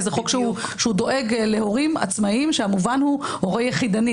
זה חוק שדואג להורים עצמאיים במובן של הורה יחידני.